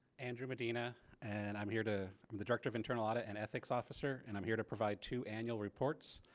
andrew medina and i'm here to i'm the director of internal audit and ethics officer and i'm here to provide two annual reports.